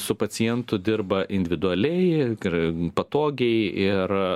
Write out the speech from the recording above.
su pacientu dirba individualiai ir patogiai ir